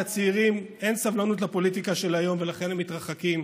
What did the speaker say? לצעירים אין סבלנות לפוליטיקה של היום ולכן הם מתרחקים.